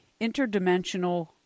interdimensional